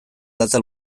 data